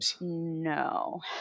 No